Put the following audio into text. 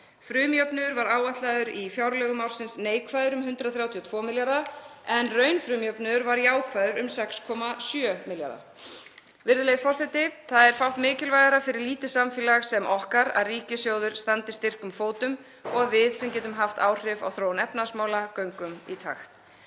Frumjöfnuður var áætlaður í fjárlögum ársins neikvæður um 132 milljarða en raunfrumjöfnuður var jákvæður um 6,7 milljarða. Virðulegi forseti. Það er fátt mikilvægara fyrir lítið samfélag sem okkar að ríkissjóður standi styrkum fótum og að við sem getum haft áhrif á þróun efnahagsmála göngum í takt.